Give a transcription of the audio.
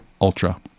Ultra